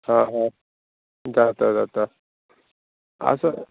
आं आं जाता जाता आसा